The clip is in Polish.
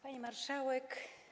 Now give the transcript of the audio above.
Pani Marszałek!